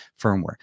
firmware